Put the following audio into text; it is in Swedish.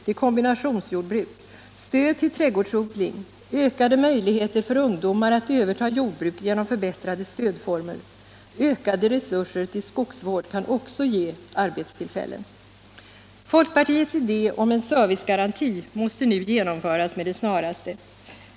till kombinationsjordbruk, stöd till trädgårdsodling och ökade möjligheter för ungdomar att överta jordbruk genom förbättrade stödformer. Ökade resurser till skogsvård kan också ge arbetstillfällen. Folkpartiets idé om en servicegaranti måste nu genomföras med det snaraste.